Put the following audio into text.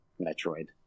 Metroid